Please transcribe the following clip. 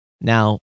now